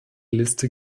liste